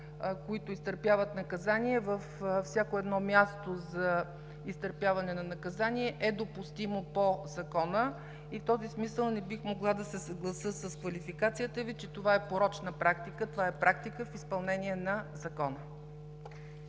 които изтърпяват наказание във всяко едно място за изтърпяване на наказание, е допустимо по Закона и в този смисъл не бих могла да се съглася с квалификацията Ви, че това е порочна практика. Това е практика в изпълнение на Закона.